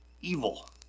evil